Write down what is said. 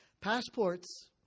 Passports